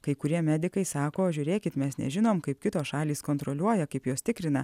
kai kurie medikai sako žiūrėkit mes nežinom kaip kitos šalys kontroliuoja kaip jos tikrina